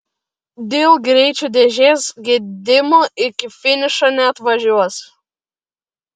dėl greičių dėžės gedimo iki finišo neatvažiuos